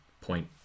point